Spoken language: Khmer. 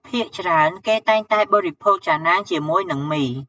ភាគច្រើនគេតែងតែបរិភោគចាណាងជាមួយនឹងមី។